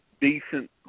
decent